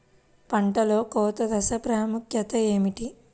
పంటలో కోత దశ ప్రాముఖ్యత ఏమిటి?